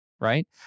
right